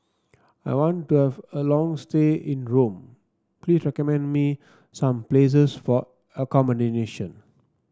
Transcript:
I want to have a long stay in Rome please recommend me some places for accommodation